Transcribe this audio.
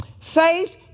Faith